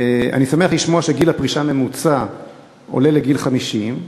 אני שמח לשמוע שגיל הפרישה הממוצע עולה לגיל 50,